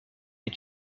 est